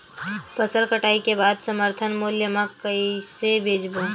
फसल कटाई के बाद समर्थन मूल्य मा कइसे बेचबो?